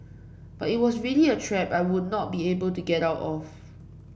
but it was really a trap I would not be able to get out of